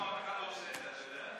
אף אחד לא עושה את זה, אתה יודע.